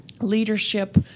leadership